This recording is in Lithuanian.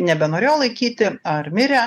nebenorėjo laikyti ar mirė